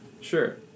Sure